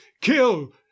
kill